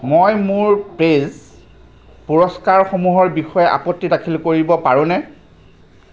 মই মোৰ পে'জ পুৰস্কাৰসমূহৰ বিষয়ে আপত্তি দাখিল কৰিব পাৰোঁনে